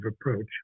approach